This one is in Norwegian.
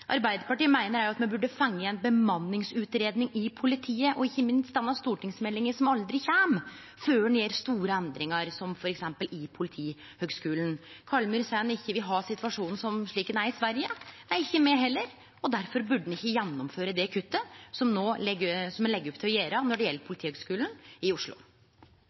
Arbeidarpartiet meiner òg at me burde fått ei bemanningsutgreiing i politiet – og ikkje minst fått denne stortingsmeldinga som aldri kjem – før ein gjer store endringar, som f.eks. ved Politihøgskolen. Jøran Kallmyr seier at han ikkje vil ha ein slik situasjon som i Sverige – nei, ikkje me heller, og difor burde me ikkje gjennomføre det kuttet som ein no legg opp til når det gjeld Politihøgskolen i Oslo.